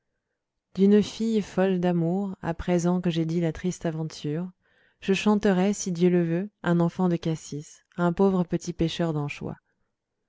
d'une fille folle d'amour à présent que j'ai dit la triste aventure je chanterai si dieu veut un enfant de cassis un pauvre petit pêcheur d'anchois